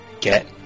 get